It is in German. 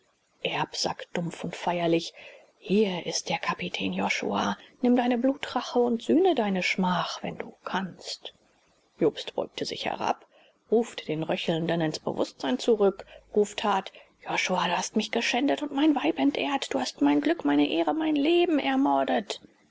sagt dumpf und feierlich hier ist der kapitän josua nimm deine blutrache und sühne deine schmach wenn du kannst jobst beugt sich herab ruft den röchelnden ins bewußtsein zurück ruft hart josua du hast mich geschändet und mein weib entehrt du hast mein glück meine ehre mein leben ermordet